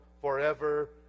forever